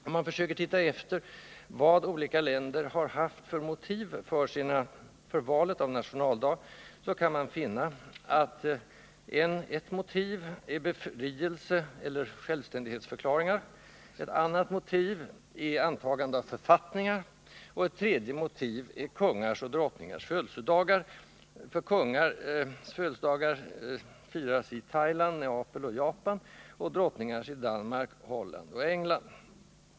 Om man försöker se vilka motiv olika länder haft för valet av nationaldag, kan man finna att ett sådant motiv är befrielseeller självständighetsförklaringar, ett annat motiv är antagande av författningar och ett tredje motiv är kungars och drottningars födelsedagar. Kungars födelsedagar firas nämligen i Thailand, Nepal och Japan. Drottningars födelsedagar firas i Danmark, Holland och England.